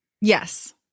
Yes